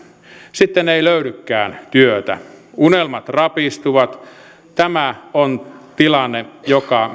sitten ei löydykään työtä unelmat rapistuvat tämä on tilanne joka